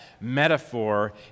metaphor